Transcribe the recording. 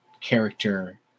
character